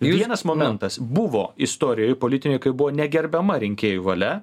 vienas momentas buvo istorijoj politinėj kai buvo negerbiama rinkėjų valia